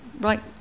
Right